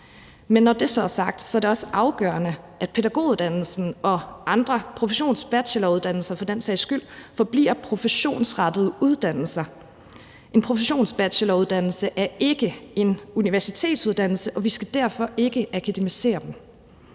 er det også afgørende, at pædagoguddannelsen og for den sags skyld andre professionsbacheloruddannelser forbliver professionsrettede uddannelser. En professionsbacheloruddannelse er ikke en universitetsuddannelse, og vi skal derfor ikke akademisere den.